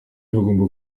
hagomba